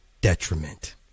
detriment